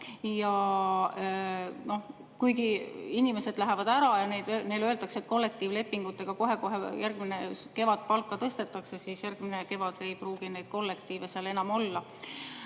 Kui inimesed lähevad ära ja neile öeldakse, et kollektiivlepingutega kohe-kohe järgmine kevad palka tõstetakse, siis järgmine kevad ei pruugi neid kollektiive seal enam olla.